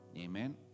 Amen